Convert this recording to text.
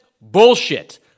Bullshit